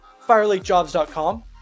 FireLakeJobs.com